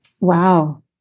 Wow